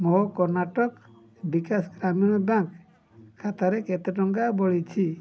ମୋ କର୍ଣ୍ଣାଟକ ବିକାଶ ଗ୍ରାମୀଣ ବ୍ୟାଙ୍କ୍ ଖାତାରେ କେତେ ଟଙ୍କା ବଳିଛି